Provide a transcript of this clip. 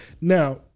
Now